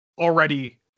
already